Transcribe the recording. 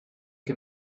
que